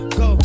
go